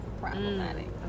problematic